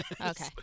Okay